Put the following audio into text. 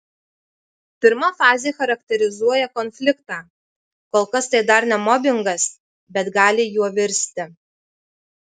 pirma fazė charakterizuoja konfliktą kol kas tai dar ne mobingas bet gali juo virsti